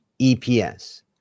EPS